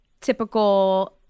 typical